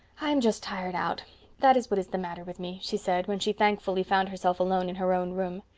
i'm just tired out that is what is the matter with me, she said, when she thankfully found herself alone in her own room.